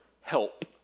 help